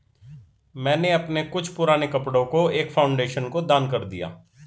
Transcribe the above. मैंने अपने कुछ पुराने कपड़ो को एक फाउंडेशन को दान कर दिया